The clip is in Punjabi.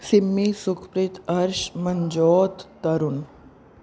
ਸਿੰਮੀ ਸੁਖਪ੍ਰੀਤ ਅਰਸ਼ ਮਨਜੋਤ ਤਰੁਨ